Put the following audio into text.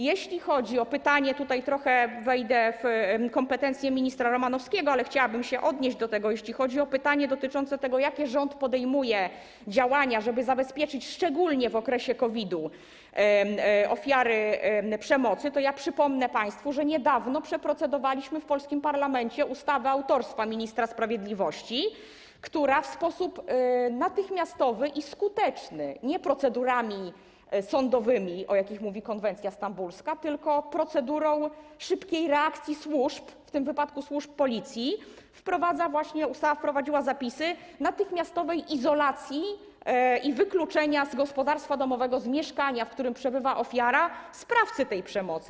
Jeśli chodzi o pytanie - trochę tutaj wejdę w kompetencje ministra Romanowskiego, ale chciałabym się odnieść do tego - dotyczące tego, jakie rząd podejmuje działania, żeby zabezpieczyć szczególnie w okresie COVID-u ofiary przemocy, to przypomnę państwu, że niedawno przeprocedowaliśmy w polskim parlamencie ustawę autorstwa ministra sprawiedliwości, która w sposób natychmiastowy i skuteczny nie procedurami sądowymi, o jakich mówi konwencja stambulska, tylko procedurą szybkiej reakcji służb, w tym przypadku służb Policji, wprowadziła zapisy dotyczące natychmiastowej izolacji i wykluczenia z gospodarstwa domowego, z mieszkania, w którym przebywa ofiara, sprawcy tej przemocy.